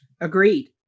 agreed